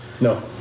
No